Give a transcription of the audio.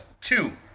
Two